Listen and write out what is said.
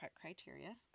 criteria